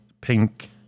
pink